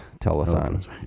telethon